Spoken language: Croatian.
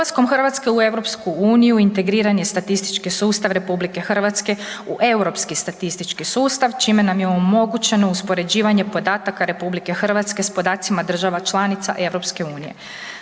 Ulaskom Hrvatske u EU integriran je statistički sustav RH u Europski statistički sustav, čime nam je omogućeno uspoređivanje podataka RH s podacima država članica EU.